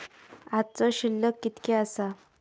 आजचो शिल्लक कीतक्या आसा?